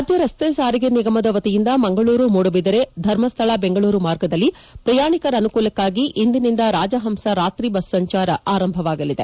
ರಾಜ್ಯ ರಸ್ತೆ ಸಾರಿಗೆ ನಿಗಮದ ವತಿಯಿಂದ ಮಂಗಳೂರು ಮೂಡುಬಿದಿರೆ ಧರ್ಮಸ್ಥಳ ಬೆಂಗಳೂರು ಮಾರ್ಗದಲ್ಲಿ ಪ್ರಯಾಣಿಕರ ಅನುಕೂಲಕ್ಕಾಗಿ ಇಂದಿನಿಂದ ರಾಜಹಂಸ ರಾತ್ರಿ ಬಸ್ ಸಂಚಾರ ಆರಂಭವಾಗಲಿದೆ